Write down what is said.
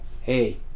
hey